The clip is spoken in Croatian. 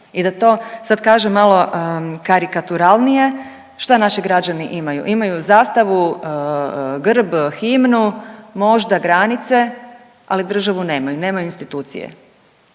I da to sad kažem malo karikaturalnije, šta naši građani imaju? Imaju zastavu, grb, himnu, možda granice, ali državu nemaju, nemaju institucije